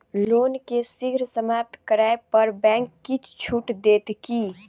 loan केँ शीघ्र समाप्त करै पर बैंक किछ छुट देत की